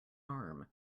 arm